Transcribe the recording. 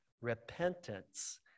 repentance